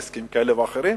להסכמים כאלה ואחרים,